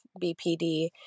BPD